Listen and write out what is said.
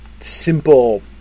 Simple